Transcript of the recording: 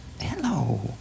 Hello